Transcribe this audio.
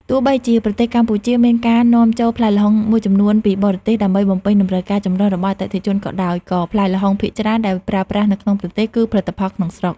ទោះបីជាប្រទេសកម្ពុជាមានការនាំចូលផ្លែល្ហុងមួយចំនួនពីបរទេសដើម្បីបំពេញតម្រូវការចម្រុះរបស់អតិថិជនក៏ដោយ ក៏ផ្លែល្ហុងភាគច្រើនដែលប្រើប្រាស់នៅក្នុងប្រទេសគឺផលិតក្នុងស្រុក។